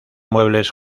muebles